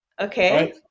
Okay